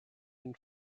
and